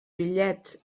bitllets